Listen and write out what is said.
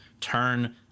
turn